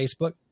Facebook